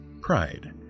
pride